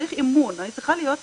צריך אמון, אני צריכה להיות בטוחה,